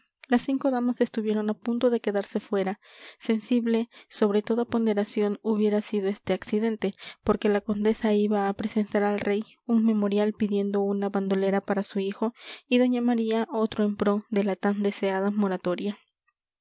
las cinco damas estuvieron a punto de quedarse fuera sensible sobre toda ponderación hubiera sido este accidente porque la condesa iba a presentar al rey un memorial pidiendo una bandolera para su hijo y doña maría otro en pro de la tan deseada moratoria